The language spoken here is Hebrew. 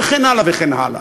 וכן הלאה וכן הלאה.